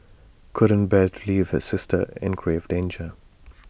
couldn't bear to leave his sister in grave danger